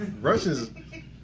Russians